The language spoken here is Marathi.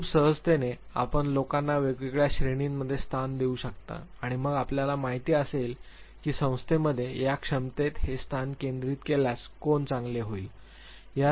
खूप सहजतेने आपण लोकांना वेगवेगळ्या श्रेणींमध्ये स्थान देऊ शकता आणि मग आपल्याला माहिती असेल की संस्थेमध्ये या क्षमतेत हे स्थान केंद्रित केल्यास कोण चांगले होईल